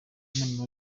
inama